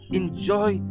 enjoy